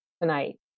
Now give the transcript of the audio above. tonight